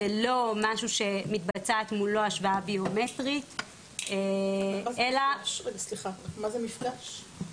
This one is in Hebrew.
זה לא משהו שמתבצעת מולו השוואה ביומטרית אלא --- מה זה מפגש?